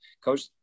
coach